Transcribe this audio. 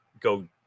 go